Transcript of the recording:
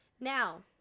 Now